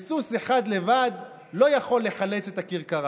וסוס אחד לבד לא יכול לחלץ את הכרכרה.